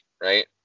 right